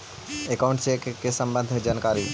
Account check के सम्बन्ध जानकारी?